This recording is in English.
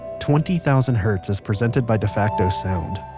twenty thousand hertz is presented by defacto sound.